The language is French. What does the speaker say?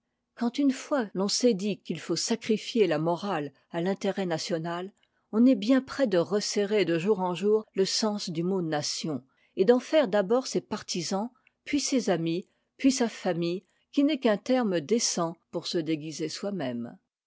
quand une fois l'on s'est dit qu'il faut sacrifier la morale à l'intérêt national on est bien près de resserrer de jour en jour le sens du mot nation et d'en faire d'abord ses partisans puis ses amis puis sa famille qui n'est qu'un terme décent pour se déguiser soi-même